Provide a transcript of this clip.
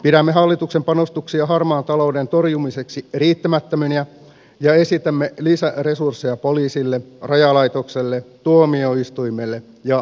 pidämme hallituksen panostuksia harmaan talouden torjumiseksi riittämättöminä ja esitämme lisäresursseja poliisille rajavartiolaitokselle tuomioistuimelle ja syyttäjälaitokselle